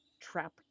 trap